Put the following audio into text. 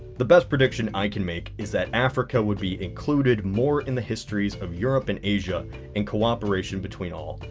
the best prediction i can make is that africa would be included more in the histories of europe and asia and cooperation between all.